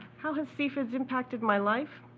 how has cfids impacted my life?